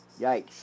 Yikes